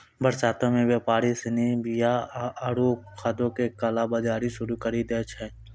बरसातो मे व्यापारि सिनी बीया आरु खादो के काला बजारी शुरू करि दै छै